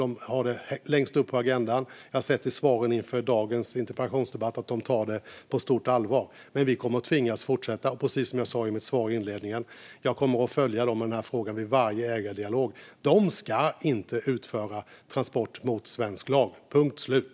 De har det högst upp på agendan, och jag har sett i svaren inför dagens interpellationsdebatt att de tar detta på stort allvar. Vi kommer dock att tvingas fortsätta, precis som jag sa i mitt svar inledningsvis. Jag kommer att följa denna fråga vid varje ägardialog. De ska inte utföra transporter mot svensk lag - punkt slut.